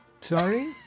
Sorry